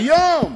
היום,